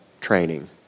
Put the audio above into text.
training